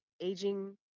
aging